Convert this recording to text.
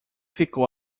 ficou